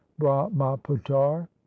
brahmaputar